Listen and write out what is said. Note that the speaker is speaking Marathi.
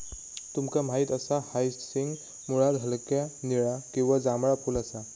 तुमका माहित असा हायसिंथ मुळात हलक्या निळा किंवा जांभळा फुल असा